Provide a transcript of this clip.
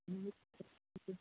ह